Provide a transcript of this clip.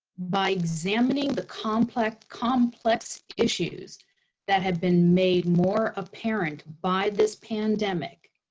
by examining the complex complex issues that have been made more apparent by this pandemic,